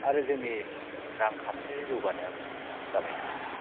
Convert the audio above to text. आरो जोंनि रांखान्थियारि जौगानायाबो जाबाय थायो